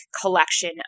collection